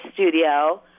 studio